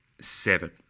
seven